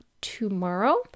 tomorrow